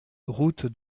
route